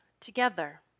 together